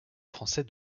français